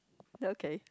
okay